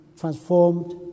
transformed